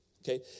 Okay